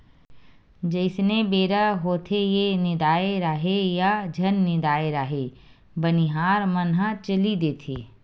जइसने बेरा होथेये निदाए राहय या झन निदाय राहय बनिहार मन ह चली देथे